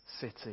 city